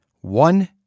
One